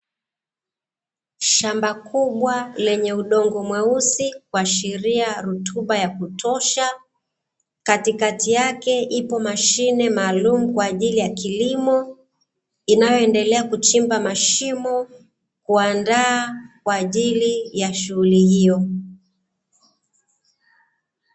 Shamba kubwa lenye udongo mweusi kuashiria rutuba ya kutosha, katikati yake ipo mashine maalumu kwa ajili ya kilimo inayoendelea kuchimba mashimo kuandaa kwa ajili ya shughuli hiyo.